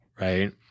right